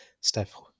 Steph